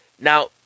Now